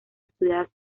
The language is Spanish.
estudiadas